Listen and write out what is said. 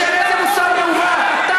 בשם איזה מוסר מעוות אתה,